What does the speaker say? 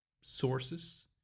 sources